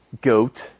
goat